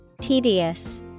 Tedious